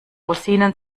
rosinen